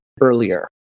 earlier